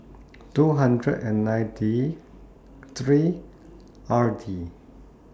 two hundred and ninety three R D